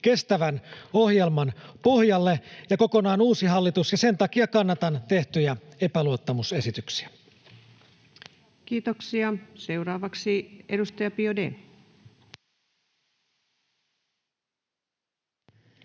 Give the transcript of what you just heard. kestävän ohjelman pohjalle, ja kokonaan uusi hallitus. Sen takia kannatan tehtyjä epäluottamusesityksiä. [Speech 172] Speaker: Ensimmäinen